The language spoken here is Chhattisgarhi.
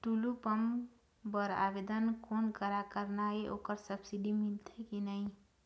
टुल्लू पंप बर आवेदन कोन करा करना ये ओकर सब्सिडी मिलथे की नई?